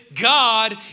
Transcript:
God